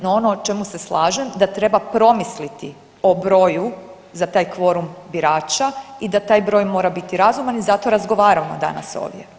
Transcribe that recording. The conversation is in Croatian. No, ono o čemu se slažem da treba promisliti o broju za taj kvorum birača i da taj broj mora biti razuman i zato razgovaramo danas ovdje.